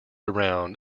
around